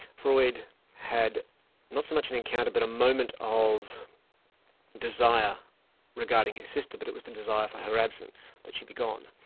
freud had not so much an encounter but a moment of desire regarding his sister, but it was the desire for her absence, that she be gone,